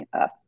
up